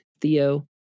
theo